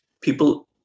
people